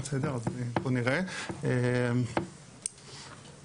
אתם רואים פה את המספרים, אני אקריא, אני קצת